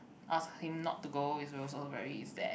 ask him not to go is also very sad